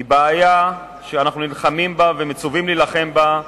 היא בעיה שאנחנו נלחמים בה ומצווים להילחם בה,